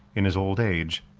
in his old age,